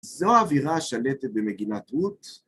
‫זו האווירה השלטת במגילת רות.